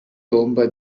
tomba